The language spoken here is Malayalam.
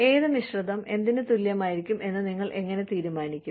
ഏത് മിശ്രിതം എന്തിന് തുല്യമായിരിക്കും എന്ന് നിങ്ങൾ എങ്ങനെ തീരുമാനിക്കും